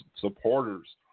supporters